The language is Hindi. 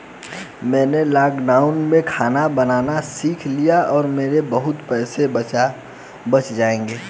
मैंने लॉकडाउन में खाना बनाना सीख लिया है, मेरे बहुत पैसे बच जाएंगे